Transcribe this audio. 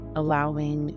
allowing